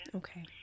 okay